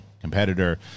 competitor